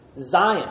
Zion